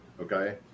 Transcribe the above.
okay